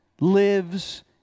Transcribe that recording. lives